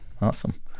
Awesome